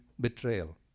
betrayal